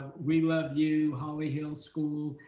ah we love you holly hill school.